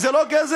זה לא גזל?